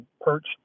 perch